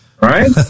Right